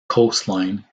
coastline